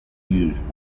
used